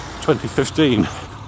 2015